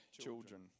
children